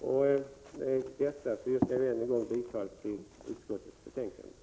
Med detta yrkar jag än en gång bifall till utskottets hemställan.